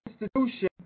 institution